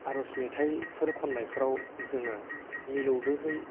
आरज मेथायफोर खननायफोराव जोङो मिलौदोयै